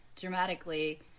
dramatically